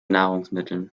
nahrungsmitteln